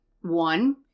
one